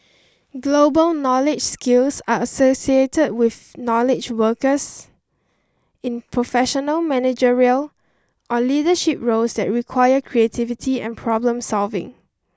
global knowledge skills are associated with knowledge workers in professional managerial or leadership roles that require creativity and problem solving